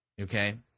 Okay